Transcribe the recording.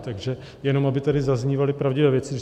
Takže jenom aby tady zaznívaly pravdivé věci.